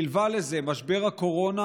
נלווה לזה משבר הקורונה,